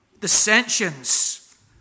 Dissensions